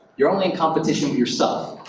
you're only in competition with yourself.